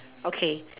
okay